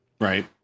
right